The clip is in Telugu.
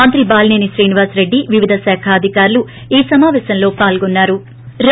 మంత్రి బాలిసేని శ్రీనివాసరెడ్డి వివిధ శాఖా అధికారులు సమాపేశం లో పాల్గున్నారు